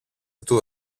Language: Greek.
του